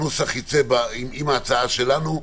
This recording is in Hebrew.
הנוסח ייצא עם ההצעה שלנו.